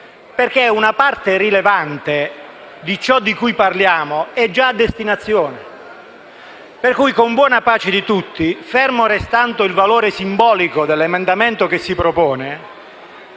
perché parte rilevante di ciò di cui parliamo è già a destinazione. Con buona pace di tutti, fermo restando il valore simbolico dell'emendamento presentato,